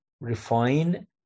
refine